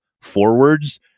forwards